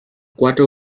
cuatro